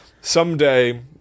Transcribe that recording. Someday